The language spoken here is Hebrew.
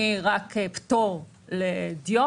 שדיברה רק על פטור לדיו,